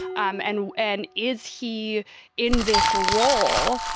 um and when is he in this role,